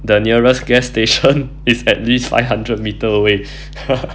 the nearest gas station is at least five hundred metre away